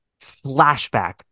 flashback